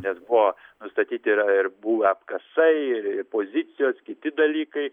nes buvo nustatyti yra ir buvę apkasai ir pozicijos kiti dalykai